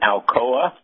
Alcoa